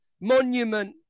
Monument